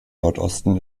nordosten